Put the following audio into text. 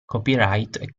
copyright